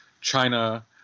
China